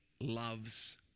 loves